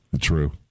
True